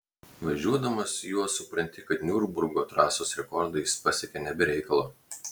važiuodamas juo supranti kad niurburgo trasos rekordą jis pasiekė ne be reikalo